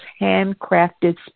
handcrafted